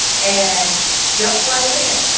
and jump right in.